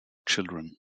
children